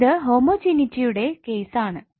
ഇത് ഹോമോജീനിറ്റിയുടെ കേസ് ആണ്